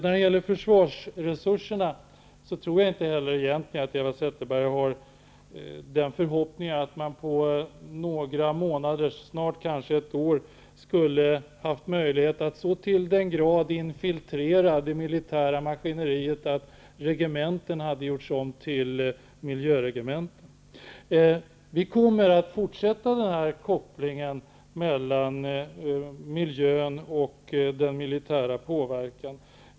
När det gäller försvarsresurserna tror jag inte att Eva Zetterberg har den förhoppningen att regeringen på några månader, snart ett år, skulle ha haft möjlighet at så till den grad infiltrera det militära maskineriet att regementen hade gjorts om till miljöregementen. Vi kommer att fortsätta att hävda kopplingen mellan miljön och den militära påverkan.